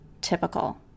Typical